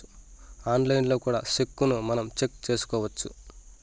ఆన్లైన్లో కూడా సెక్కును మనం చెక్ చేసుకోవచ్చు